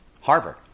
Harvard